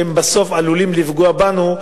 שהם בסוף עלולים לפגוע בנו,